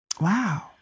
Wow